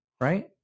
right